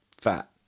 fat